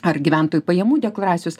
ar gyventojų pajamų deklaracijos